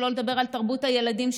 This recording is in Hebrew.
שלא לדבר על תרבות הילדים,